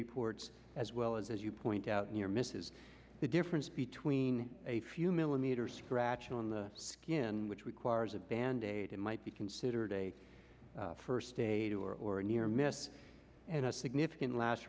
reports as well as as you point out near misses the difference between a few millimeters scratch on the skin which requires a bandaid it might be considered a first aider or a near miss and a significant la